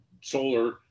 solar